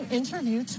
interview